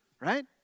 Right